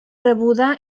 rebuda